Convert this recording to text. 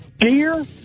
Dear